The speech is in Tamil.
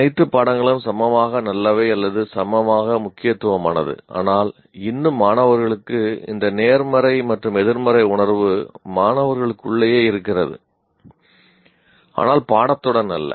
அனைத்து பாடங்களும் சமமாக நல்லவை அல்லது சமமாக முக்கியத்துவமானது ஆனால் இன்னும் மாணவர்களுக்கு இந்த நேர்மறை மற்றும் எதிர்மறை உணர்வு மாணவர்களுக்குள்ளேயே இருக்கிறது ஆனால் பாடத்துடன் அல்ல